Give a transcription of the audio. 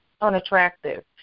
unattractive